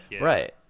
Right